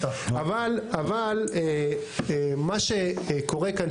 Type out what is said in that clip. אבל מה שקורה כאן,